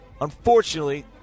Unfortunately